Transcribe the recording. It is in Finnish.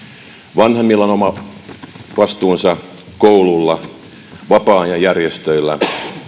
vanhemmilla on oma vastuunsa koululla vapaa ajan järjestöillä